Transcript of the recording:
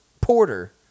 Porter